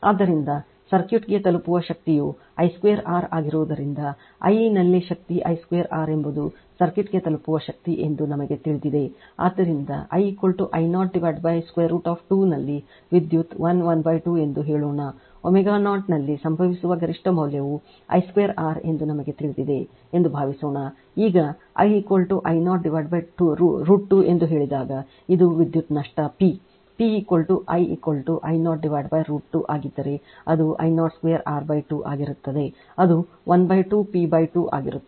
ಆದ್ದರಿಂದ ಸರ್ಕ್ಯೂಟ್ಗೆ ತಲುಪಿಸುವ ಶಕ್ತಿಯು I2 R ಆಗಿರುವುದರಿಂದ I ನಲ್ಲಿ ಶಕ್ತಿ I 2 R ಎಂಬುದು ಸರ್ಕ್ಯೂಟ್ಗೆ ತಲುಪಿಸುವ ಶಕ್ತಿ ಎಂದು ನಮಗೆ ತಿಳಿದಿದೆ ಆದ್ದರಿಂದ I I 0 √ 2 ನಲ್ಲಿ ವಿದ್ಯುತ್ 1 12 ಎಂದು ಹೇಳೋಣ ω0 ನಲ್ಲಿ ಸಂಭವಿಸುವ ಗರಿಷ್ಠ ಮೌಲ್ಯವು I 2r ಎಂದು ನಮಗೆ ತಿಳಿದಿದೆ ಎಂದು ಭಾವಿಸೋಣ ಈಗ I I 0 √ 2 ಎಂದು ಹೇಳಿದಾಗ ಇದು ವಿದ್ಯುತ್ ನಷ್ಟ P P I I 0 √ 2 ಆಗಿದ್ದರೆ ಅದು I 0 2 R 2 ಆಗಿರುತ್ತದೆ ಅದು 12 P 2 ಆಗಿರುತ್ತದೆ